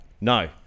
no